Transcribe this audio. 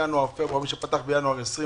מי שפתח בינואר-פברואר 2020,